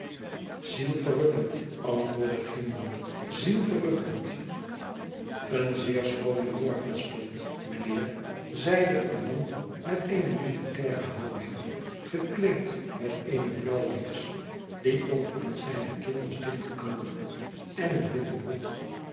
zielverrukkend antwoordde cymon zielverrukkend een zeer schoone morgenstond mijnheerl zeide een man met eene militaire houding gekleed met eene blauwe jas die tot aan zijne kin was dichtgeknoopt en eene witte broek